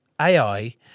AI